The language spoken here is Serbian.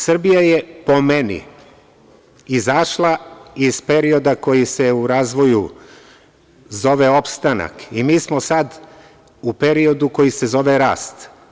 Srbija je, po meni, izašla iz perioda koji se u razvoju zove opstanak i mi smo sada u periodu koji se zove rast.